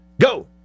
go